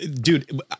Dude